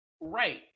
Right